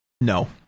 no